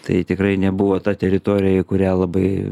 tai tikrai nebuvo ta teritorija į kurią labai